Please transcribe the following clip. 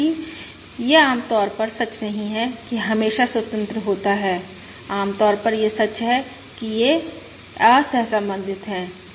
हालांकि यह आम तौर पर सच नहीं है कि हमेशा स्वतंत्र होता है आमतौर पर यह सच है कि वे असहसंबंधित हैं